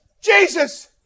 Jesus